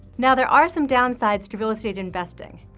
now, there are some downsides to real estate investing.